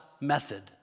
method